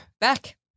back